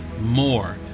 more